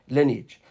Lineage